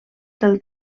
del